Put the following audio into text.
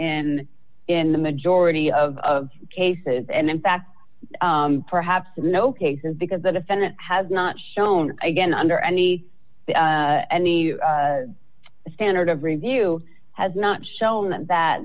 in in the majority of cases and in fact perhaps no cases because the defendant has not shown again under any any standard of review has not shown that th